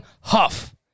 Huff